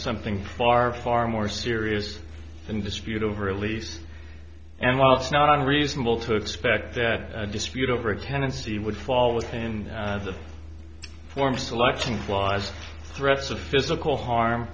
something far far more serious some dispute over a lease and while it's not unreasonable to expect that a dispute over a tendency would fall within the form selecting clause threats of physical harm